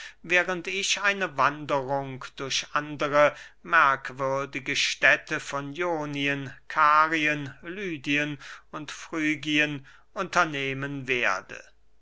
während ich eine wanderung durch andere merkwürdige städte von ionien karien lydien und frygien unternehmen werde